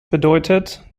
bedeutet